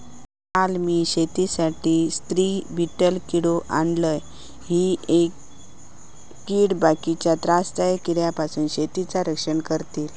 काल मी शेतीसाठी स्त्री बीटल किडो आणलय, ही कीड बाकीच्या त्रासदायक किड्यांपासून शेतीचा रक्षण करतली